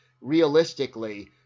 realistically